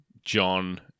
John